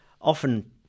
Often